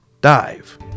dive